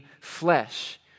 flesh